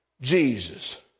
Jesus